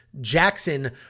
Jackson